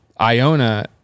Iona